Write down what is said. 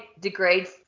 degrades